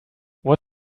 what